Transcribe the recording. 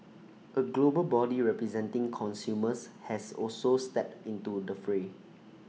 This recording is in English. A global body representing consumers has also stepped into the fray